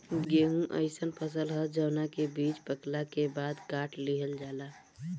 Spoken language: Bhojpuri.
गेंहू अइसन फसल ह जवना के बीज पकला के बाद काट लिहल जाला